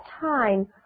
time